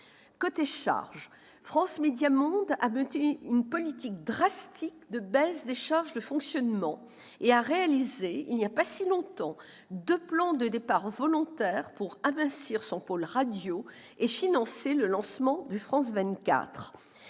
Côté charges, France Médias Monde a mené une politique drastique de baisse des charges de fonctionnement et a réalisé, il n'y a pas si longtemps, deux plans de départs volontaires pour amincir son pôle radio et financer le lancement de France 24.